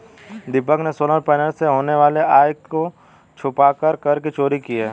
दीपक ने solar panel से होने वाली आय को छुपाकर कर की चोरी की है